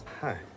Hi